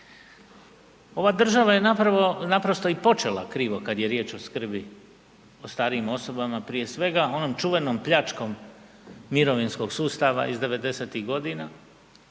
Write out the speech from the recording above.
Ova država je napravo, naprosto i počela krivo kad je riječ o skrbi o starijim osobama, prije svega onom čuvenom pljačkom mirovinskog sustava iz '90.g.